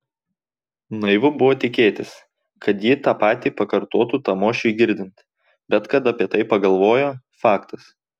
naivu buvo tikėtis kad ji tą patį pakartotų tamošiui girdint bet kad apie tai pagalvojo faktas